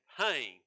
pain